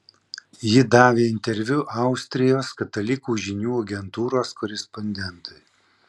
ji davė interviu austrijos katalikų žinių agentūros korespondentui